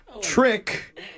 trick